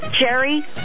Jerry